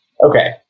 Okay